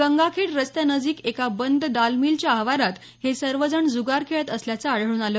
गंगाखेड रस्त्यानजिक एका बंद दाल मिलच्या आवारात हे सर्वजण जुगार खेळत असल्याचं आढळून आलं